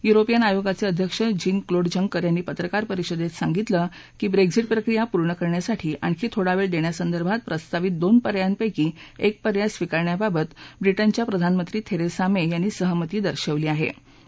European आयोगाचे अध्यक्ष Jean Claude Juncker यांनी पत्रकार परिषदेत सांगितलं की ब्रेक्ज़ा प्रक्रिया पूर्ण करण्यासाठी आणखी थोडा वेळ देण्यासंदर्भात प्रस्तावित दोन पर्यायांपैकी एक पर्याय स्वीकारण्याबाबत ब्रिजेच्या प्रधानमंत्री थेरेसा मे यांनी सहमती दर्शवल्याचं म्हाकें आहे